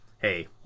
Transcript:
Hey